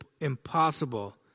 impossible